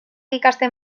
ikasten